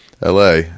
LA